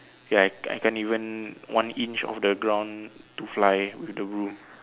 ya I I can't even one inch off the ground to fly with the broom